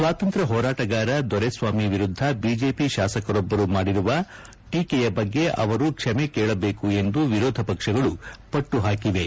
ಸ್ವಾತಂತ್ರ್ ಹೋರಾಟಗಾರ ದೊರೆಸ್ವಾಮಿ ವಿರುದ್ದ ಬಿಜೆಪಿ ಶಾಸಕರೊಬ್ಬರು ಮಾಡಿರುವ ಟೇಕೆಯ ಬಗ್ಗೆ ಅವರು ಕ್ಷಮೆ ಕೇಳಬೇಕು ಎಂದು ವಿರೋಧ ಪಕ್ಷಗಳು ಪಟ್ಟು ಹಾಕಿವೆ